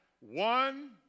one